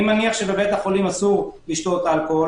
אני מניח שבבית החולים אסור לשתות אלכוהול